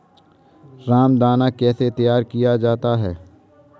रामदाना कैसे तैयार किया जाता है?